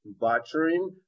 butchering